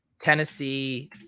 Tennessee